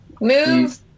Move